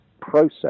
process